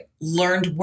learned